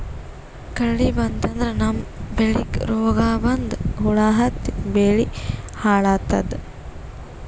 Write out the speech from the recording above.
ಕಳಿ ಬಂತಂದ್ರ ನಮ್ಮ್ ಬೆಳಿಗ್ ರೋಗ್ ಬಂದು ಹುಳಾ ಹತ್ತಿ ಬೆಳಿ ಹಾಳಾತದ್